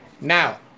Now